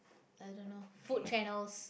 I don't know food channels